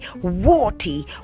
warty